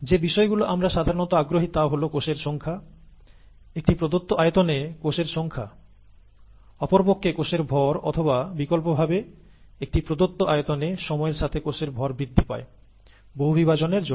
যে বিষয়গুলোতে আমরা সাধারণত আগ্রহী তা হল কোষের সংখ্যা আমরা সাধারণত যে বিষয়ে আগ্রহী তা হল একটি প্রদত্ত আয়তনে কোষের সংখ্যা বা কোষের ভর একটি প্রদত্ত আয়তনে কোষের সংখ্যা বা বিকল্প ভাবে সময়ে একটি প্রদত্ত আয়তনে কোষের ভর বৃদ্ধি পায় এই বহু বিভাজন প্রক্রিয়ার জন্য